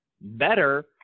better